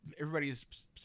everybody's